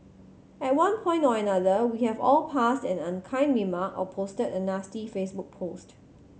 at one point or another we have all passed an unkind remark or posted a nasty Facebook post